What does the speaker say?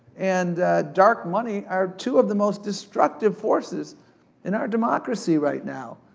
and dark money are two of the most destructive forces in our democracy right now.